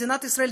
מדינת ישראל,